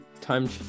time